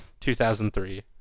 2003